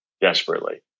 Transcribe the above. desperately